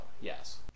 yes